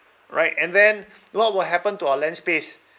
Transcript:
right and then what will happen to our land space